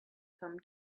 come